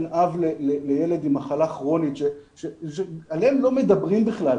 לילד עם מחלה כרונית, שעליהם לא מדברים בכלל.